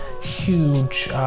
huge